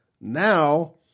now –